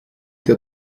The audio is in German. der